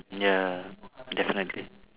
ya definitely